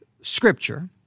scripture